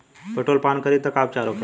Petrol पान करी तब का उपचार होखेला?